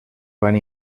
van